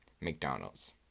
McDonald's